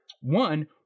One